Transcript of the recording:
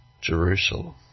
Jerusalem